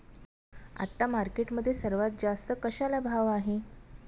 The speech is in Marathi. आता मार्केटमध्ये सर्वात जास्त कशाला भाव आहे?